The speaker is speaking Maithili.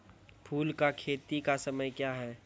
फुल की खेती का समय क्या हैं?